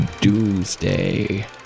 Doomsday